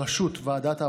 בראשות ועדת העבודה,